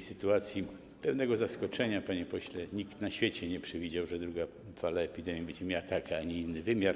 w sytuacji pewnego zaskoczenia, panie pośle, nikt na świecie nie przewidział, że druga fala epidemii będzie miała taki, a nie inny wymiar.